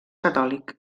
catòlic